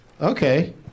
Okay